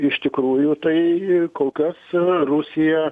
iš tikrųjų tai kol kas rusija